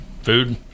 food